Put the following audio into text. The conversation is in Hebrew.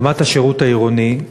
ברמת השירות העירוני,